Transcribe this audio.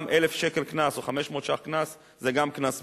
גם 1,000 שקל קנס או 500 שקל קנס זה קנס מיותר.